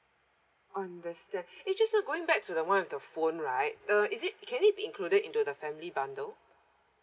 understand eh just now going back to the one with the phone right uh is it can it be included into the family bundle